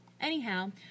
Anyhow